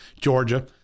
Georgia